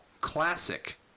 classic